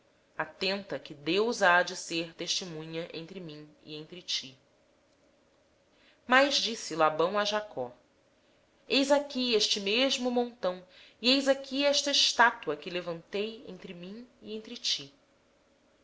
de que deus é testemunha entre mim e ti disse ainda labão a jacó eis aqui este montão e eis aqui a coluna que levantei entre mim e ti